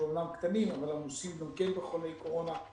שאומנם קטנים אבל עמוסים גם כן בחולי קורונה,